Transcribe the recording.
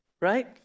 Right